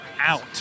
out